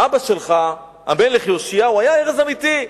אבא שלך, המלך יאשיהו, היה ארז אמיתי,